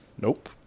Nope